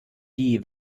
die